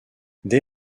dès